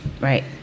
Right